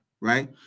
Right